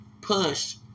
push